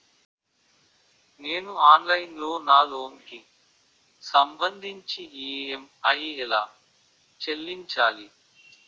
నేను ఆన్లైన్ లో నా లోన్ కి సంభందించి ఈ.ఎం.ఐ ఎలా చెల్లించాలి?